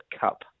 Cup